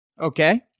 Okay